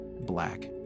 black